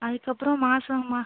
அதுக்கப்புறம் மாதம் மா